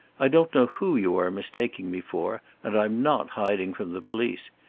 i don't know who you are mistaking me for, and i'm not hiding from the police.